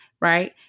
right